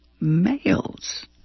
males